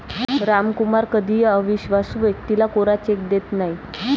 रामकुमार कधीही अविश्वासू व्यक्तीला कोरा चेक देत नाही